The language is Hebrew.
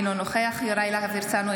אינו נוכח יוראי להב הרצנו,